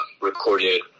recorded